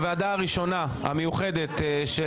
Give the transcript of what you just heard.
את הוועדה המיוחדת הראשונה,